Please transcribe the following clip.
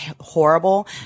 horrible